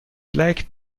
black